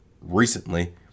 recently